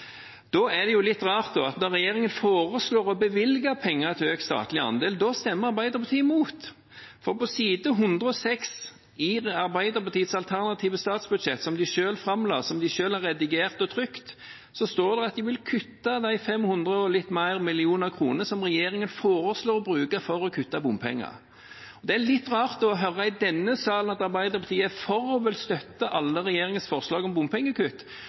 Da er det litt rart at når regjeringen foreslår å bevilge penger til økt statlig andel, stemmer Arbeiderpartiet imot. På side 106 i Arbeiderpartiets alternative statsbudsjett, som de selv framla, som de selv har redigert og trykket, står det at de vil kutte de 500 – og litt mer – mill. kr som regjeringen foreslår å bruke for å kutte bompenger. Det er litt rart å høre i denne salen at Arbeiderpartiet er for og vil støtte alle regjeringens forslag om bompengekutt,